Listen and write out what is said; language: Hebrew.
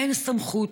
אין סמכות,